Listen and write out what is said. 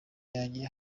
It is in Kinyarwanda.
yanjye